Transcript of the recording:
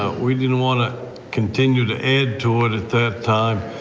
ah we didn't want to continue to add to it at that time.